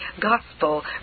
gospel